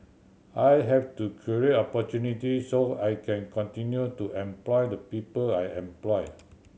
I have to create opportunity so I can continue to employ the people I employ